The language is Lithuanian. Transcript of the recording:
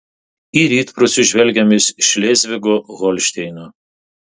į rytprūsius žvelgiam iš šlėzvigo holšteino